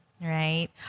Right